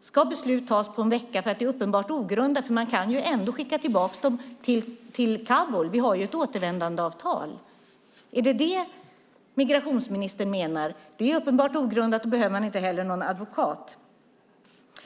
ska beslut tas på en vecka därför att det är uppenbart ogrundat. Man kan ju ändå skicka tillbaka dem till Kabul. Vi har ju ett återvändandeavtal. Är det detta migrationsministern menar? Det är uppenbart ogrundat, då behöver man inte heller någon advokat.